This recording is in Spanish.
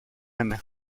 ana